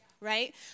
right